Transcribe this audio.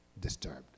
disturbed